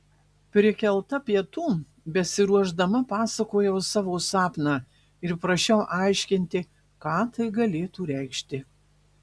prikelta pietų besiruošdama pasakojau savo sapną ir prašiau aiškinti ką tai galėtų reikšti